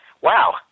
wow